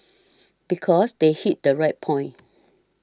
because they hit the right point